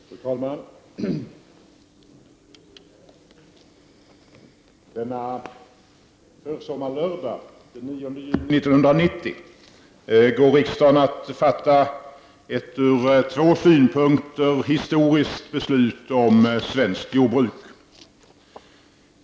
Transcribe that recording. Fru talman! Denna försommarlördag, den 9 juni 1990, går riksdagen att fatta ett från två synpunkter historiskt beslut om svenskt jordbruk.